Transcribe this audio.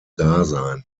dasein